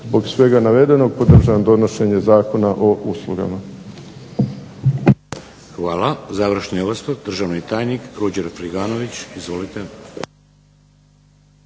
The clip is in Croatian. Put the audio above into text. Zbog svega navedenog, podržavam donošenje Zakona o uslugama.